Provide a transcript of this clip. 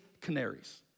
canaries